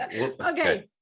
okay